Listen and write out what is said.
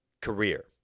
career